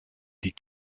die